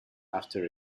after